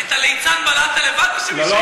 את הליצן בלעת לבד או שמישהו הגיש לך אותו?